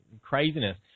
craziness